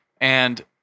And-